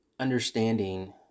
understanding